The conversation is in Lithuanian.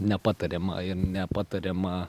nepatariama ir nepatariama